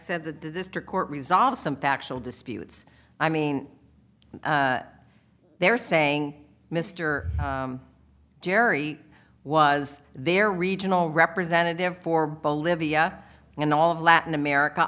said that the district court resolve some factual disputes i mean they're saying mister jerry was their regional representative for bolivia and all of latin america